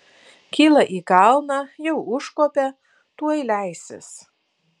kyla į kalną jau užkopė tuoj leisis